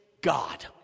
God